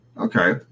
Okay